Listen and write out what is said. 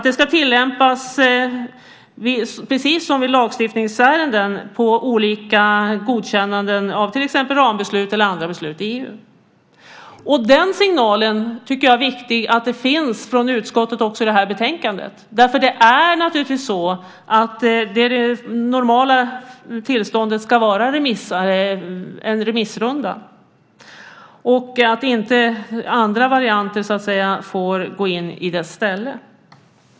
Det ska tillämpas precis som vid lagstiftningsärenden på olika godkännanden av rambeslut eller andra beslut i EU. Det är viktigt att den signalen finns från utskottet också i det här betänkandet. Det normala tillståndet ska vara en remissrunda. Andra varianter ska inte få gå in i dess ställe.